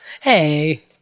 Hey